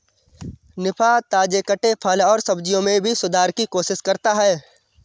निफा, ताजे कटे फल और सब्जियों में भी सुधार की कोशिश करता है